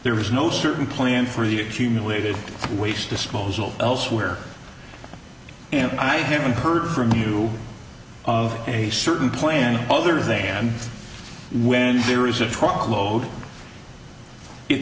there is no certain plan for the accumulated waste disposal elsewhere and i haven't heard from you of a certain plan other than when there is a truck load it